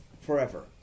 forever